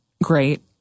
Great